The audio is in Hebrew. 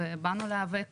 ובאנו להיאבק